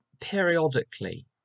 periodically